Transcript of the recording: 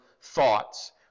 thoughts